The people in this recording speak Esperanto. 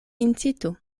incitu